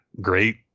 Great